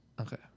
Okay